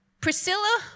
Priscilla